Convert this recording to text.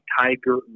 tiger